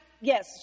Yes